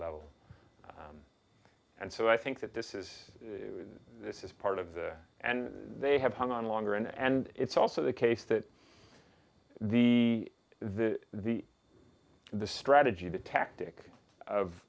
level and so i think that this is this is part of the and they have hung on longer and it's also the case that the the the the strategy the tactic of